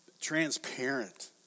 transparent